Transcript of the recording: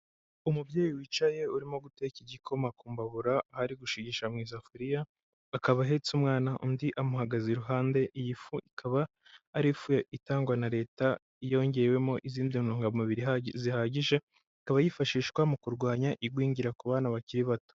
Umubyeyi wicaye urimo gutera igikoma ku mbabura ari gushigisha mu isafuriya, akaba ahetse umwana, undi amuhagaze iruhande, iyi fu ikaba ari ifu itangwa na leta yongewemo izindi ntungamubiri zihagije, ikaba yifashishwa mu kurwanya igwingira ku bana bakiri bato.